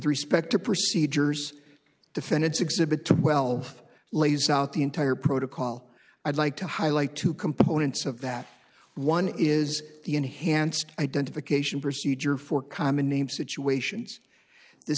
respect to procedures defendant's exhibit twelve lays out the entire protocol i'd like to highlight two components of that one is the enhanced identification procedure for common names situations this